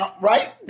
Right